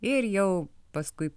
ir jau paskui